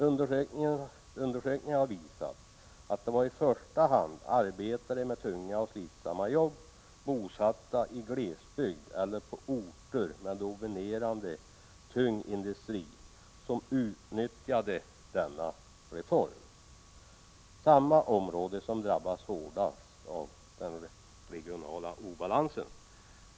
Undersökningar har visat att det i första hand var arbetare med tunga och slitsamma jobb, bosatta i glesbygd eller på orter som domineras av tung industri som utnyttjade denna reform, alltså samma områden som drabbas hårdast av den regionala obalansen.